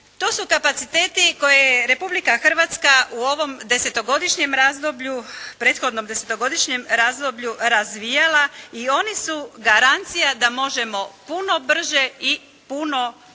To su kapaciteti koje Republika Hrvatska u ovom desetogodišnjem razdoblju, prethodnom desetogodišnjem razdoblju, razvijala i oni su garancija da možemo puno brže i puno